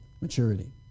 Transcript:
maturity